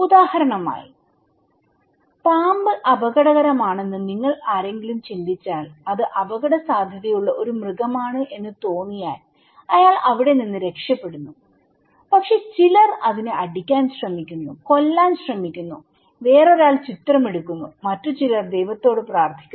ഉദാഹരണമായി പാമ്പ് അപകടകരമാണെന്ന് നിങ്ങൾ ആരെങ്കിലും ചിന്തിച്ചാൽഅത് അപകടസാധ്യതയുള്ള ഒരു മൃഗമാണ് എന്ന് തോന്നിയാൽ അയാൾ അവിടെ നിന്ന് രക്ഷപ്പെടുന്നുപക്ഷെ ചിലർ അതിനെ അടിക്കാൻ ശ്രമിക്കുന്നു കൊല്ലാൻ ശ്രമിക്കുന്നുവേറൊരാൾ ചിത്രമെടുക്കുന്നുമറ്റു ചിലർ ദൈവത്തോട് പ്രാർത്ഥിക്കുന്നു